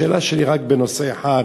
השאלה שלי רק בנושא אחד,